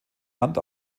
hand